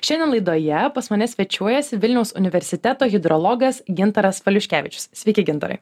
šiandien laidoje pas mane svečiuojasi vilniaus universiteto hidrologas gintaras valiuškevičius sveiki gintarai